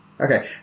Okay